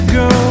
go